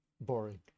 boring